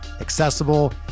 accessible